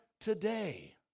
today